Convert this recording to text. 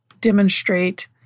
demonstrate